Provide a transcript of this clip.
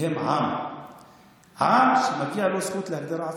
הם עם שמגיעה לו זכות להגדרה עצמית.